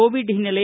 Covid ಹಿನ್ನೆಲೆ